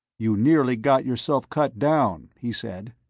you nearly got yourself cut down, he said.